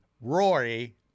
Rory